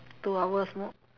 two hours more